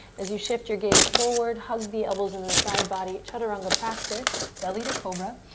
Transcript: as you shift your gaze forward, hug the elbows into the side body, chaturanga practice, belly to cobra,